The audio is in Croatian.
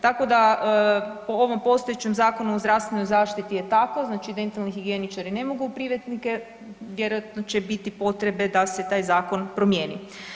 Tako da po ovom postojećem Zakonu o zdravstvenoj zaštiti je tako, znači dentalni tehničari ne mogu u privatnike, vjerojatno će biti potrebe da se taj zakon promijeni.